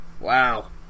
Wow